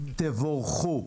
תבורכו.